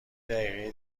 دقیقه